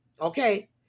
okay